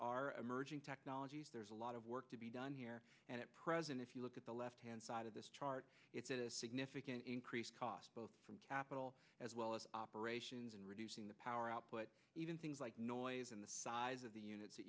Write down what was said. are emerging technologies there's a lot of work to be done here and at present if you look at the left hand side of this chart it's a significant increase cost both from capital as well as operations and reducing the power output even things like noise and the size of the units that